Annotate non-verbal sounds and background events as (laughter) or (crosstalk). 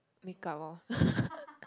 make up orh (laughs)